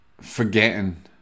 forgetting